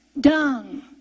Dung